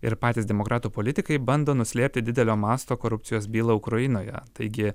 ir patys demokratų politikai bando nuslėpti didelio masto korupcijos bylą ukrainoje taigi